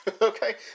Okay